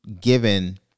given